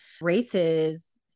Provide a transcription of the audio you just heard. races